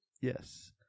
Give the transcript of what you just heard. yes